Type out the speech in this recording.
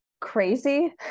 crazy